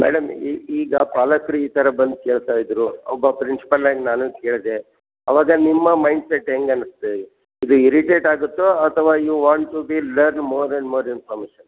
madam ಈಗ ಪಾಲಕ್ರು ಈ ಥರ ಬಂದು ಕೇಳ್ತಾಯಿದ್ರು ಒಬ್ಬ ಪ್ರಿನ್ಸಿಪಾಲಾಗಿ ನಾನು ಕೇಳಿದೆ ಅವಾಗ ನಿಮ್ಮ ಮೈಂಡ್ ಸೆಟ್ ಹೆಂಗೆ ಅನ್ನಿಸುತ್ತೆ ಇದು ಇರಿಟೇಟ್ ಆಗುತ್ತೋ ಅಥ್ವಾ you want to be learn more than more than